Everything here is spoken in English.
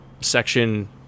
section